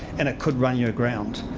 and it could run you aground.